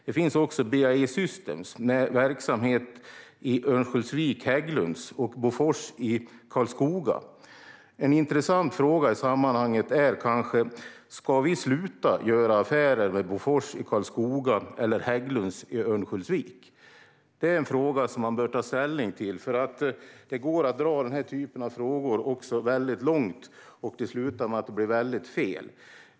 Här finns också BAE Systems med verksamhet i Hägglunds i Örnsköldsvik och i Bofors i Karlskoga. En intressant fråga i sammanhanget som man bör ta ställning till är: Ska vi sluta göra affärer med Bofors i Karlskoga eller Hägglunds i Örnsköldsvik? Det går nämligen att dra den här typen av frågor väldigt långt, och det slutar med att det blir väldigt fel.